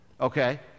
okay